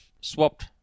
swapped